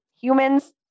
humans